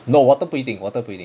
no uh water 不一定 water 不一定